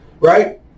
right